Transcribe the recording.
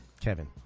Kevin